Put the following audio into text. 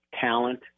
talent